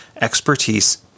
expertise